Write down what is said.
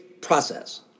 process